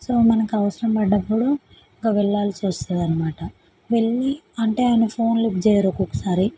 so మనకి అవసరం పడ్డప్పుడు ఇక వెళ్ళాల్సి వస్తుంది అన్నమాట వెళ్ళి అంటే ఆయన ఫోన్ లిఫ్ట్ చేయరు ఒక్కొక్కసారి